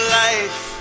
life